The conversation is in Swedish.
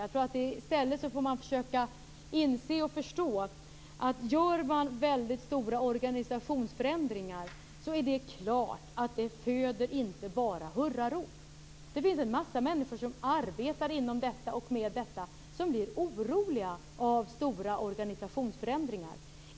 Jag tror att man i stället får försöka inse och förstå att gör man väldigt stora organisationsförändringar är det klart att det inte bara föder hurrarop. Det finns många människor som arbetar inom och med detta som blir oroliga av stora organisationsförändringar.